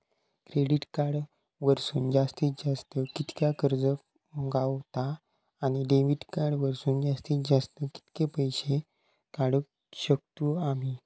Credit card वरसून जास्तीत जास्त कितक्या कर्ज गावता, आणि डेबिट कार्ड वरसून जास्तीत जास्त कितके पैसे काढुक शकतू आम्ही?